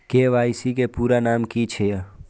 KYC के पूरा नाम की छिय?